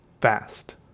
fast